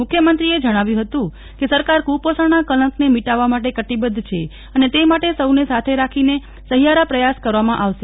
મુખ્યમંત્રીએ જણાવ્યું હતું કે સરકાર કુપોષણના કલંકને મિટાવવા માટે કટિબદ્વ છે અને તે માટે સૌને સાથે રાખીના સહિયારા પ્રયાસ કરવામાં આવશે